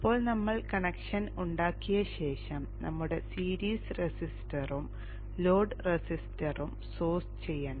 ഇപ്പോൾ നമ്മൾ കണക്ഷൻ ഉണ്ടാക്കിയ ശേഷം നമുക്ക് സീരീസ് റെസിസ്റ്ററും ലോഡ് റെസിസ്റ്ററും സോഴ്സ് ചെയ്യണം